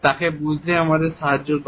তাকে বুঝতে আমাদের সাহায্য করে